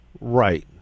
Right